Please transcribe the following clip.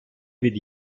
від